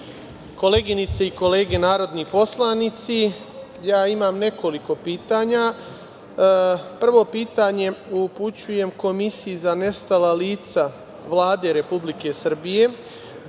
koleginice i kolege narodni poslanici, ja imam nekoliko pitanja. Prvo pitanje upućujem Komisiji za nestala lica Vlade Republike Srbije